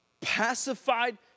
pacified